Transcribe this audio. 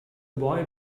boy